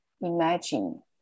imagine